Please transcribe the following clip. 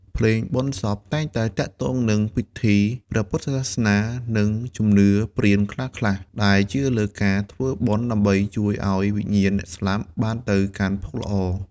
ភ្លេងបុណ្យសពតែងតែទាក់ទងនឹងពិធីព្រះពុទ្ធសាសនា និងជំនឿព្រាហ្មណ៍ខ្លះៗ ដែលជឿលើការធ្វើបុណ្យដើម្បីជួយឲ្យវិញ្ញាណអ្នកស្លាប់បានទៅកាន់ភពល្អ។